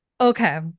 Okay